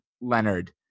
Leonard